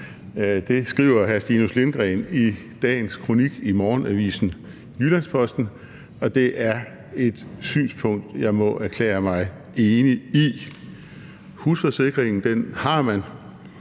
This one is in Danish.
Det skriver hr. Stinus Lindgreen i dagens kronik i Morgenavisen Jyllands-Posten, og det er et synspunkt, jeg må erklære mig enig i. Husforsikringen har man,